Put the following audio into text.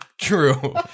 true